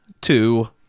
two